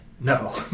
No